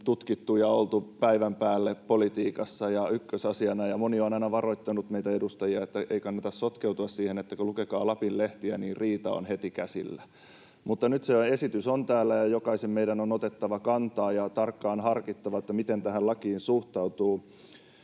tutkittu ja missä on oltu päivän päälle politiikassa ja ykkösasiana. Moni on aina varoittanut meitä edustajia, että ei kannata sotkeutua siihen, että lukekaa Lapin lehtiä — riita on heti käsillä. Mutta nyt esitys on täällä, ja jokaisen meidän on otettava kantaa ja tarkkaan harkittava, miten tähän lakiin suhtautuu.